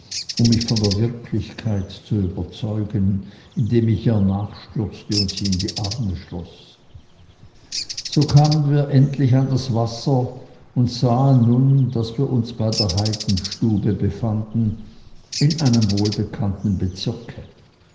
um mich von der wirklichkeit zu überzeugen indem ich ihr nachstürzte und sie in die arme schloß so kamen wir endlich an das wasser und sahen nun daß wir uns bei der heidenstube befanden in einem wohlbekannten bezirke